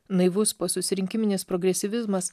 naivus posusirinkiminis progresyvizmas